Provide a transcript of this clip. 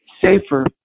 safer